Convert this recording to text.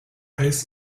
weiß